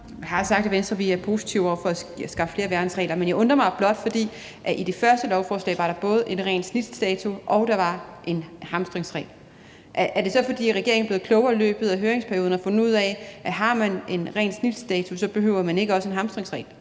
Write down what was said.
Jeg har sagt, at vi i Venstre er positive over for at skaffe flere værnsregler, men jeg undrer mig blot, for i det første lovforslag var der både en rent snit-dato og en hamstringsregel. Er det så, fordi regeringen er blevet klogere i løbet af høringsperioden og har fundet ud af, at har man en rent snit-dato, behøver man ikke også en hamstringsregel?